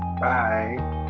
bye